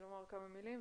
לומר כמה מילים?